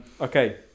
Okay